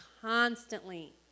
constantly